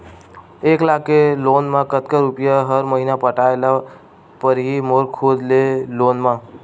एक लाख के लोन मा कतका रुपिया हर महीना पटाय ला पढ़ही मोर खुद ले लोन मा?